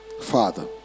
Father